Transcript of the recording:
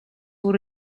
voor